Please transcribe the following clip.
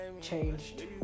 changed